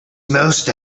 most